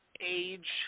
age –